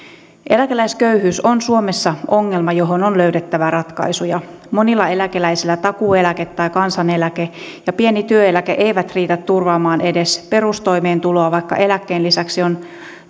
eläkeläisköyhyys on suomessa ongelma johon on löydettävä ratkaisuja monilla eläkeläisillä takuueläke tai kansaneläke ja pieni työeläke eivät riitä turvaamaan edes perustoimeentuloa vaan eläkkeen lisäksi on